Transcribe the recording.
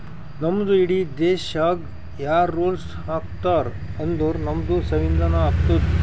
ನಮ್ದು ಇಡೀ ದೇಶಾಗ್ ಯಾರ್ ರುಲ್ಸ್ ಹಾಕತಾರ್ ಅಂದುರ್ ನಮ್ದು ಸಂವಿಧಾನ ಹಾಕ್ತುದ್